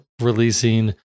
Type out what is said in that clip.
releasing